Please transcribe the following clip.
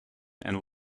and